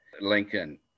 Lincoln